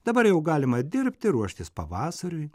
dabar jau galima dirbti ruoštis pavasariui